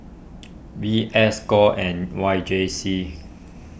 V S Score and Y J C